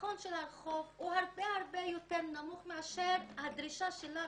הביטחון של הרחוב הוא הרבה יותר נמוך מאשר הדרישה שלנו,